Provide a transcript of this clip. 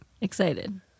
Excited